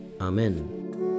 Amen